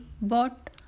bought